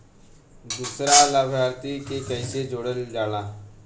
दूसरा लाभार्थी के कैसे जोड़ल जाला?